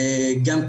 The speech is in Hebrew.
גם,